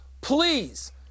Please